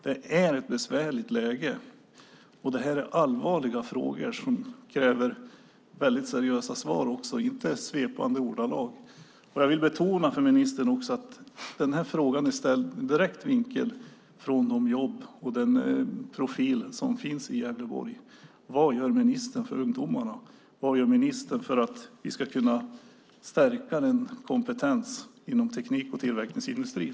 Det är ett besvärligt läge, och det är allvarliga frågor som kräver seriösa svar och inte i svepande ordalag. Jag vill betona för ministern att frågorna är ställda utifrån de jobb och den profil som finns i Gävleborg. Vad gör ministern för ungdomarna? Vad gör ministern för att vi ska kunna stärka kompetensen inom teknik och tillverkningsindustrin?